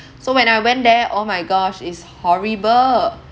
so when I went there oh my gosh it's horrible